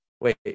Wait